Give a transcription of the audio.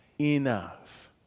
enough